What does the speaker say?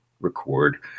record